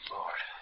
Lord